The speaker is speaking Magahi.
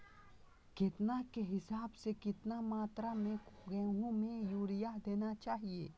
केतना के हिसाब से, कितना मात्रा में गेहूं में यूरिया देना चाही?